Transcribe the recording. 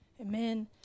Amen